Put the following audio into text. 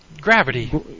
gravity